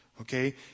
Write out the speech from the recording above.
Okay